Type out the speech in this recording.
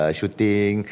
shooting